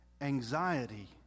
anxiety